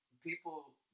people